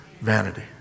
Vanity